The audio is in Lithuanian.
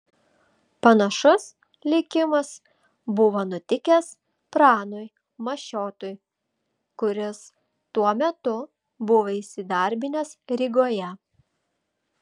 panašus likimas buvo nutikęs pranui mašiotui kuris tuo metu buvo įsidarbinęs rygoje